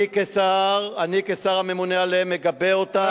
אני כשר הממונה עליהם מגבה אותם,